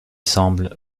semble